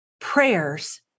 prayers